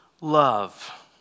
love